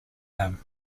him